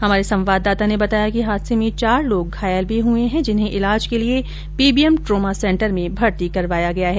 हमारे संवाददाता ने बताया कि हादसे में चार लोग घायल भी हुए है जिन्हें इलाज के लिये पीबीएम ट्रोमा सेंटर में भर्ती करवाया गया है